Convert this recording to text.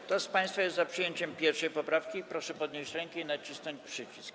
Kto z państwa jest za przyjęciem 1. poprawki, proszę podnieść rękę i nacisnąć przycisk.